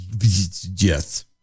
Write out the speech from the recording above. Yes